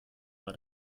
war